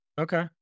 Okay